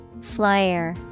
Flyer